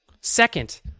second